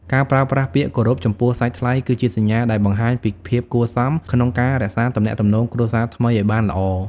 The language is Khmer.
ការប្រើប្រាស់ពាក្យគោរពចំពោះសាច់ថ្លៃ គឺជាសញ្ញាដែលបង្ហាញពីភាពគួរសមក្នុងការរក្សាទំនាក់ទំនងគ្រួសារថ្មីឱ្យបានល្អ។